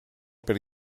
per